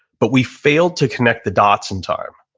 but we failed to connect the dots in time.